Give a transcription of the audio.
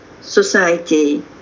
society